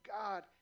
God